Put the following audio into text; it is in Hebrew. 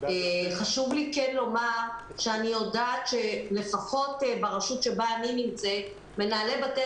חשוב לי לומר שאני יודעת שלפחות ברשות שבה אני נמצאת מנהלי בתי